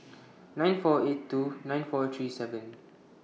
nine four eight two nine four three seven